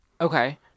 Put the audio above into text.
Okay